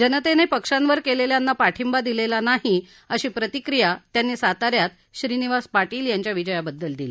जनतेने पक्षांवर केलेल्यांना पाठिंबा दिलेला नाही अशी प्रतिक्रिया त्यांनी साता यात श्रीनिवाद पार्शील यांच्या विजयाबद्दल दिली